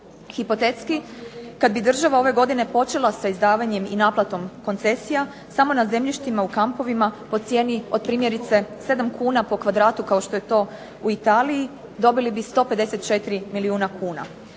Hipotetski kad bi država ove godine počela sa izdavanjem i naplatom koncesija samo na zemljištima u kampovima po cijeni od primjerice 7 kuna po kvadratu kao što je to u Italiji dobili bi 154 milijuna kuna.